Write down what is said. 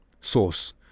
source